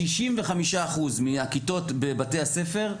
65% מהכיתות בבתי הספר,